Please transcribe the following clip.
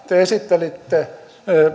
te esittelitte